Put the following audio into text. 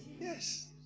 Yes